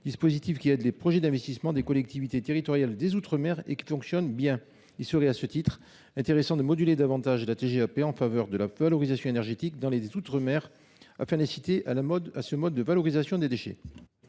dispositif, qui aide les projets d’investissement des collectivités territoriales des outre mer, fonctionne bien. À ce titre, il serait intéressant de moduler davantage la TGAP en faveur de la valorisation énergétique dans les outre mer, afin d’inciter à ce mode de valorisation des déchets.